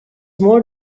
more